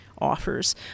offers